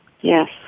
Yes